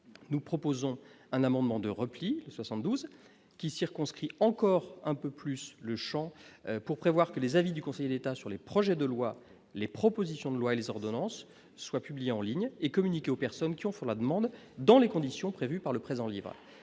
nous proposons un amendement de repli 72 qui circonscrit encore un peu plus le Champ pour prévoir que les avis du Conseil d'État sur les projets de loi, les propositions de loi et les ordonnances soient publiés en ligne et communiqué aux personnes qui en font la demande, dans les conditions prévues par le présent livre